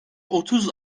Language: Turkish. otuz